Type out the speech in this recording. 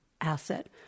asset